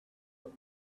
but